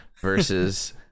versus